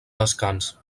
descans